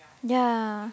ya